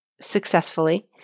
successfully